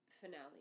finale